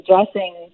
addressing